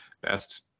best